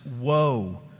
woe